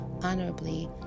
honorably